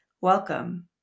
Welcome